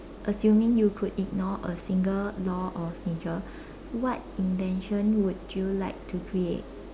assuming you could ignore a single law of nature what invention would you like to create